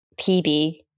PB